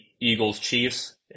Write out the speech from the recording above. Eagles-Chiefs